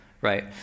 right